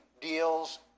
deals